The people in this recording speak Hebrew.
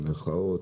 במירכאות,